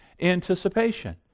anticipation